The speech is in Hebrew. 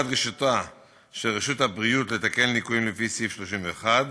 דרישתה של רשות הבריאות לתקן ליקויים לפי סעיף 31,